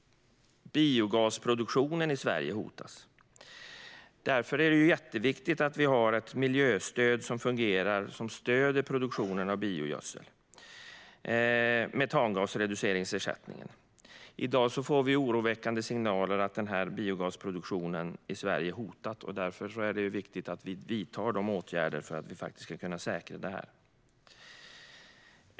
Biogasproduktionen i Sverige hotas. Därför är det jätteviktigt att vi har ett miljöstöd som fungerar och stöder produktionen av biogas från gödsel, metangasreduceringsersättningen. I dag får vi oroväckande signaler om att biogasproduktionen i Sverige hotas. Därför är det viktigt att vi vidtar åtgärder för att kunna säkra den.